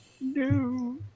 No